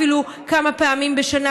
אפילו כמה פעמים בשנה,